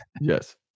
Yes